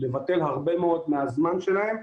לבטל הרבה מאוד מהזמן שלהם.